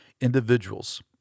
individuals